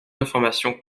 l’information